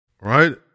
right